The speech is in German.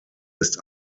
ist